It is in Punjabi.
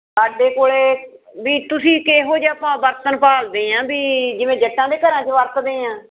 ਸਾਡੇ ਕੋਲੇ ਵੀ ਤੁਸੀਂ ਕਿਹੋ ਜਿਹਾ ਆਪਾਂ ਬਰਤਨ ਭਾਲਦੇ ਹਾਂ ਬਈ ਜਿਵੇਂ ਜੱਟਾਂ ਦੇ ਘਰਾਂ ਚ ਵਰਤਦੇ ਹਾਂ